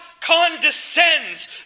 condescends